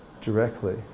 directly